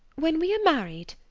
when we are married,